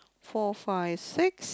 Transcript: four five six